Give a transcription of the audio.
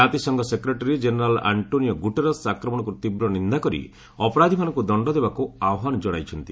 ଜାତିସଂଘ secretary general Antonio Guterres ଆକ୍ରମଣକୁ ତୀବ୍ର ନିନ୍ଦା କରି ଅପରାଧୀମାନଙ୍କୁ ଦଣ୍ଡ ଦେବାକୁ ଆହ୍ୱାନ ଜଣାଇଛନ୍ତି